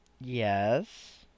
Yes